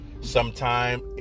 sometime